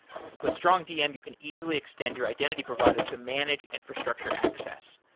with strongdm, you can easily extend your identity provider to manage infrastructure access.